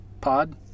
pod